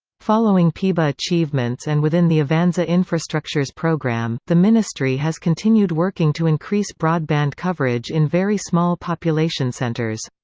following peba achievements and within the avanza infrastructures program, the ministry has continued working to increase broadband coverage in very small population centres.